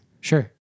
Sure